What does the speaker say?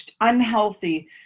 unhealthy